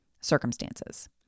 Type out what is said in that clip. circumstances